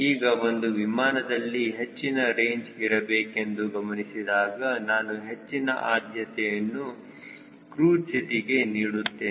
ಈಗ ಒಂದು ವಿಮಾನದಲ್ಲಿ ಹೆಚ್ಚಿನ ರೇಂಜ್ ಇರಬೇಕೆಂದು ಗಮನಿಸಿದಾಗ ನಾನು ಹೆಚ್ಚಿನ ಆದ್ಯತೆಯನ್ನು ಕ್ರೂಜ್ ಸ್ಥಿತಿಗೆ ನೀಡುತ್ತೇನೆ